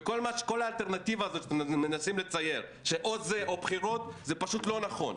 וכל האלטרנטיבה שאתם מנסים לצייר או זה או בחירות זה פשוט לא נכון.